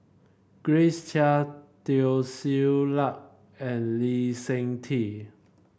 Grace Chia Teo Ser Luck and Lee Seng Tee